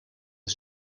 des